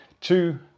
two